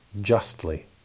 justly